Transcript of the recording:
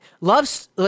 loves